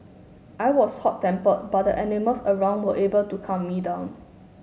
I was hot tempered but the animals around were able to calm me down